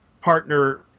partner